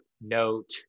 note